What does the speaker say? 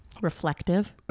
Reflective